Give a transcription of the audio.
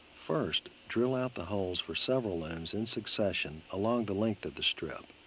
first, drill out the holes for several looms in succession along the length of the strip.